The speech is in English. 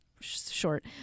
short